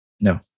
No